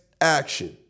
action